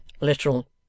Literal